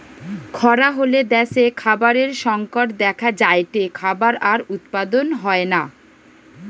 খরা হলে দ্যাশে খাবারের সংকট দেখা যায়টে, খাবার আর উৎপাদন হয়না